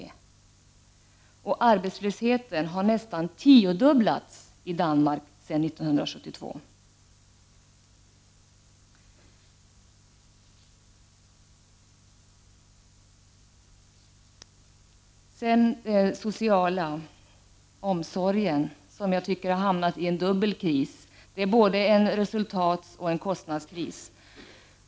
Och arbetslösheten har nästan tiodubblats i Danmark sedan 1972. Så till den sociala omsorgen, som jag tycker har hamnat i en dubbel kris — både en resultatoch en kostnadskris.